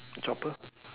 chopper